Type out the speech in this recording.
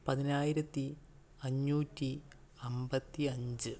പതിനായിരത്തി അഞ്ഞൂറ്റി അൻപത്തി അഞ്ച്